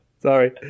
Sorry